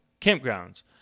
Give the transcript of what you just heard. campgrounds